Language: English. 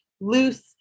loose